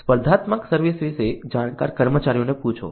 સ્પર્ધાત્મક સર્વિસ વિશે જાણકાર કર્મચારીઓને પૂછો